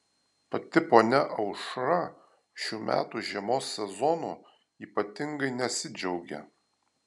pati ponia aušra šių metų žiemos sezonu ypatingai nesidžiaugia